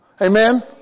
Amen